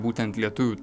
būtent lietuvių